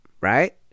right